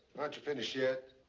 finished yet?